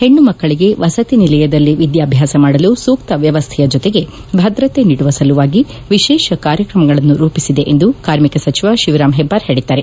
ಹೆಣ್ಣು ಮಕ್ಕಳಗೆ ವಸತಿ ನಿಲಯದಲ್ಲಿ ವಿದ್ಯಾಭ್ಯಾಸ ಮಾಡಲು ಸೂಕ್ತ ವ್ಯವಸ್ಥೆಯ ಜೊತೆಗೆ ಭದ್ರತೆ ನೀಡುವ ಸಲುವಾಗಿ ವಿರೇಷ ಕಾರ್ಯಕ್ರಮಗಳನ್ನು ರೂಪಿಸಿದೆ ಎಂದು ಕಾರ್ಮಿಕ ಸಚಿವ ಶಿವರಾಂ ಹೆಬ್ಬಾರ್ ಹೇಳಿದ್ದಾರೆ